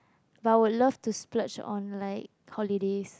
but I would love to splurge on like holidays